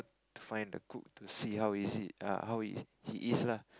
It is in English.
to find the cook to see how is it ah how he he is lah